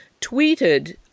tweeted